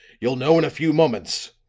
you'll know in a few moments,